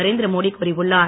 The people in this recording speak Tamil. நரேந்திரமோடி கூறியுள்ளார்